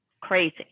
Crazy